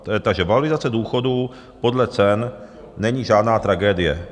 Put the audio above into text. Takže valorizace důchodů podle cen není žádná tragédie.